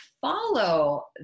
follow